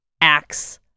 acts